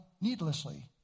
needlessly